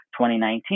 2019